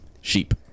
Sheep